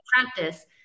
practice